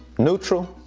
neutral,